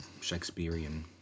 Shakespearean